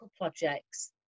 projects